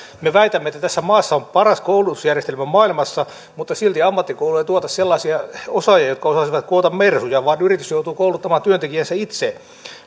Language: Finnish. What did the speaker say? me väitämme että tässä maassa on paras koulutusjärjestelmä maailmassa mutta silti ammattikoulu ei tuota sellaisia osaajia jotka osaisivat koota mersuja vaan yritys joutuu kouluttamaan työntekijänsä itse